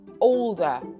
older